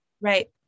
Right